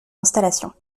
installation